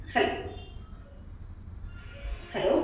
hull hello